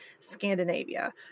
Scandinavia